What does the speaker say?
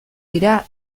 dira